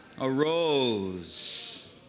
arose